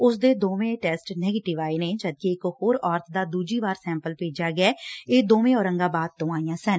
ਉਸਦੇ ਦੋਵੇਂ test negative ਆਏ ਨੇ ਜਦਕਿ ਇਕ ਹੋਰ ਔਰਤ ਦਾ ਦੁਜੀ ਵਾਰ ਸੈਂਪਲ ਭੇਜਿਆ ਗਿਐ ਇਹ ਦੋਵੇਂ ਔਰਗਾਬਾਦ ਤੋਂ ਆਈਆਂ ਸਨ